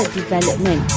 development